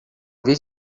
vez